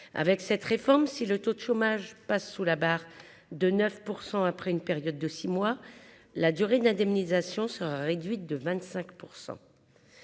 avec cette réforme, si le taux de chômage passe sous la barre de 9 % après une période de 6 mois la durée d'indemnisation sera réduite de 25